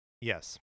Yes